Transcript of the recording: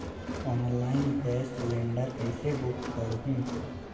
Online gas cylinder कइसे book करहु?